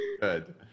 good